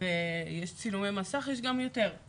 יש צילומי מסך, יש גם יותר,